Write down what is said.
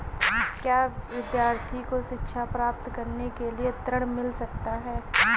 क्या विद्यार्थी को शिक्षा प्राप्त करने के लिए ऋण मिल सकता है?